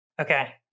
Okay